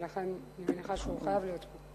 ולכן אני מניחה שהוא חייב להיות פה.